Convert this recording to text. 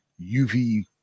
UV